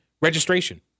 registration